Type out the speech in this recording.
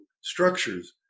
structures